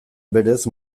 berez